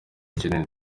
kinini